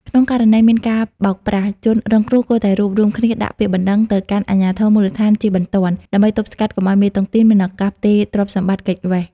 ក្នុងករណីមានការបោកប្រាស់ ជនរងគ្រោះគួរតែរួបរួមគ្នាដាក់ពាក្យបណ្ដឹងទៅកាន់អាជ្ញាធរមូលដ្ឋានជាបន្ទាន់ ដើម្បីទប់ស្កាត់កុំឱ្យមេតុងទីនមានឱកាសផ្ទេរទ្រព្យសម្បត្តិគេចវេស។